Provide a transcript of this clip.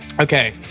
Okay